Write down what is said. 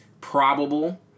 probable